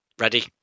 ready